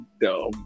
dumb